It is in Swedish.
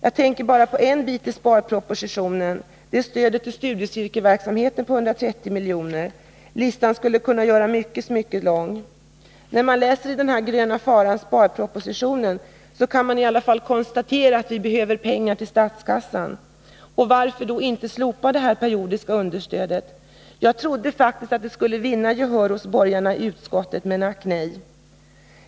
Jag tänker särskilt på en bit i sparpropositionen, stödet till studiecirkelverksamheten på 130 milj.kr. Listan skulle kunna göras mycket lång. I ”gröna faran”, alltså sparpropositionen, kan man i varje fall konstatera att vi behöver pengar till statskassan. Varför då inte slopa det periodiska understödet? Jag trodde faktiskt att det förslaget skulle vinna gehör hos de Nr 54 borgerliga i utskottet. Men ack nej!